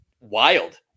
wild